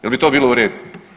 Jel bi to bilo u redu?